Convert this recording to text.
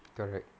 correct